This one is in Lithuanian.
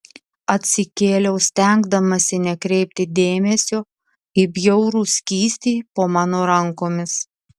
atsikėliau stengdamasi nekreipti dėmesio į bjaurų skystį po mano rankomis